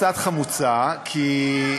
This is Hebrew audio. קצת חמוצה כי,